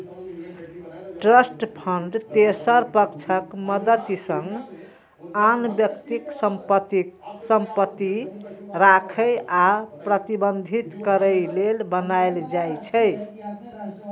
trust fund तेसर पक्षक मदति सं आन व्यक्तिक संपत्ति राखै आ प्रबंधित करै लेल बनाएल जाइ छै